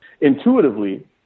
Intuitively